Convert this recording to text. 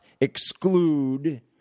exclude